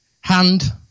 hand